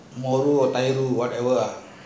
மோரு தாயுரு:mooru thaayuru whatever ah